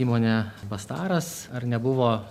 įmonė bastaras ar nebuvo